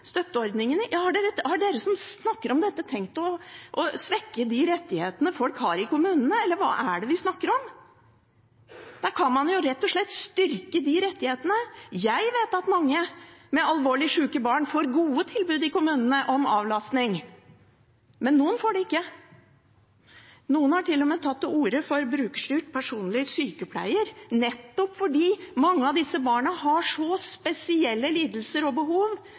støtteordningene. Har de som snakker om dette, tenkt å svekke de rettighetene folk har i kommunene, eller hva er det vi snakker om? Da kan man jo rett og slett styrke de rettighetene. Jeg vet at mange med alvorlig sjuke barn får gode tilbud i kommunene om avlastning – men noen får det ikke. Noen har til og med tatt til orde for brukerstyrt, personlig sykepleier, nettopp fordi mange av disse barna har så spesielle lidelser og behov